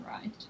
right